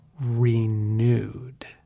renewed